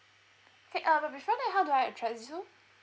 okay uh before that how could I address you